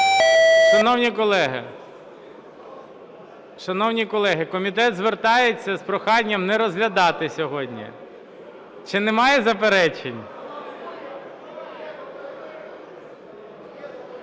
Шановні колеги, комітет звертається з проханням не розглядати сьогодні. Чи немає заперечень?